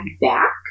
back